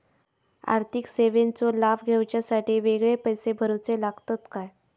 आर्थिक सेवेंचो लाभ घेवच्यासाठी वेगळे पैसे भरुचे लागतत काय?